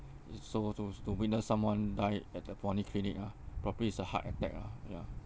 it's so to to witness someone died at the polyclinic ah probably it's a heart attack ah ya